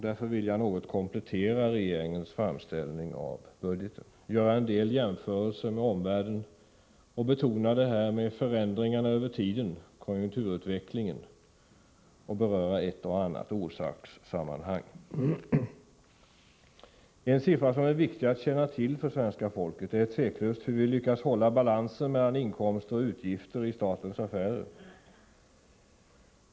Därför vill jag något komplettera regeringens framställning av budgeten, göra en del jämförelser med omvärlden, betona förändringarna över tiden och konjunkturutvecklingen samt beröra ett och annat orsakssammanhang. En siffra som det är väsentligt att svenska folket känner till är tveklöst den som anger hur vi lyckas hålla balansen mellan inkomster och utgifter i statens affärer.